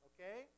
Okay